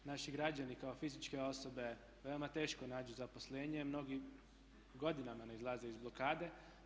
Naši građani kao fizičke osobe veoma teško nađu zaposlenje, mnogi godinama ne izlaze iz blokade.